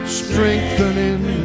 strengthening